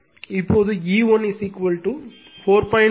இப்போது E1 4